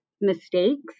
mistakes